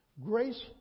grace